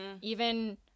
Even-